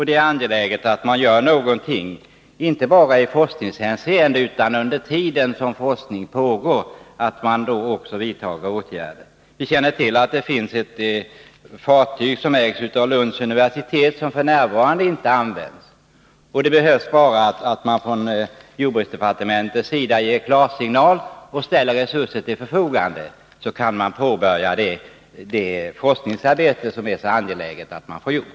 Det är angeläget att man gör någonting — inte bara i forskningshänseende. Också under tiden som forskning pågår måste man vidta åtgärder. Vi känner till att det finns ett fartyg som ägs av Lunds universitet och som f. n. inte används. Det behövs bara att man från jordbruksdepartementets sida ger klarsignal och ställer resurser till förfogande, så kan man påbörja det forskningsarbete som det är så angeläget att få utfört.